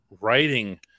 writing